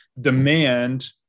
demand